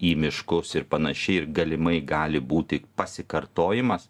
į miškus ir panašiai ir galimai gali būti pasikartojimas